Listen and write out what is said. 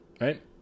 right